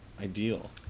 ideal